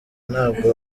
ntabwo